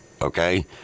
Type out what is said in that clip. Okay